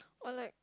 or like